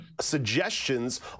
suggestions